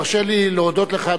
תרשה לי להודות לך,